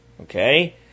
Okay